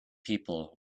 people